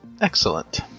Excellent